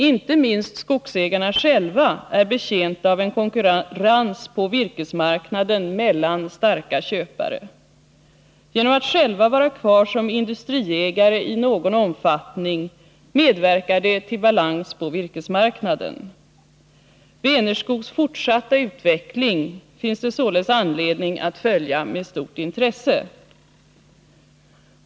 Inte minst skogsägarna själva är betjänta av en konkurrens på virkesmarknaden mellan starka köpare. Genom att själva vara kvar som industriägare i någon omfattning medverkar de till balans på virkesmarknaden. Vänerskogs 93 fortsatta utveckling finns det således anledning att följa med stort intresse.